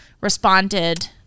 responded